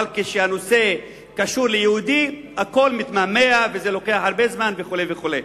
אבל כשהנושא קשור ליהודי הכול מתמהמה ולוקח הרבה זמן וכו' וכו'.